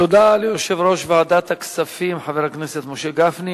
תודה ליושב-ראש ועדת הכספים חבר הכנסת משה גפני.